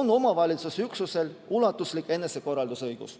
on omavalitsusüksusel ulatuslik enesekorraldusõigus.